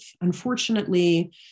Unfortunately